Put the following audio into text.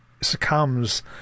succumbs